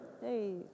Hey